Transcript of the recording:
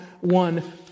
one